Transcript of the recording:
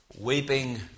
Weeping